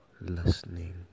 listening